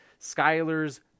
Skyler's